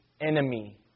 enemy